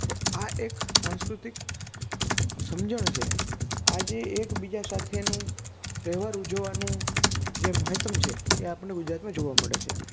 તો આ એક સાસંકૃતિક સમજણ છે આજે એકબીજા સાથેનું તહેવાર ઉજવવાનું જે મહત્ત્વ છે એ આપણને ગુજરાતમાં જોવાં મળે છે